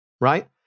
right